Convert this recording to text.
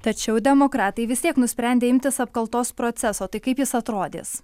tačiau demokratai vis tiek nusprendė imtis apkaltos proceso tai kaip jis atrodys